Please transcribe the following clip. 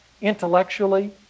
intellectually